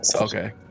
Okay